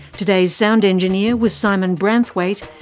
today's sound engineer was simon branthwaite,